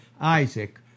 Isaac